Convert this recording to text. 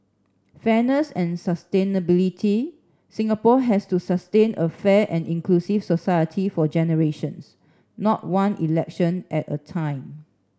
fairness and sustainability Singapore has to sustain a fair and inclusive society for generations not one election at a time